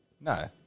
No